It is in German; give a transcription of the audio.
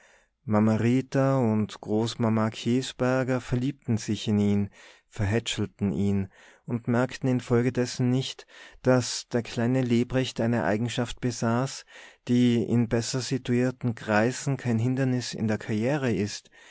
und großmama käsberger verliebten sich in ihn verhätschelten ihn und merkten infolgedessen nicht daß der kleine lebrecht eine eigenschaft besaß die in bessersituierten kreisen kein hindernis in der karriere ist